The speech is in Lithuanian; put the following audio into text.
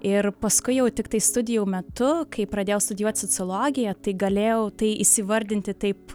ir paskui jau tiktai studijų metu kai pradėjau studijuot sociologiją tai galėjau tai įsivardinti taip